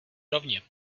rovni